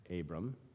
Abram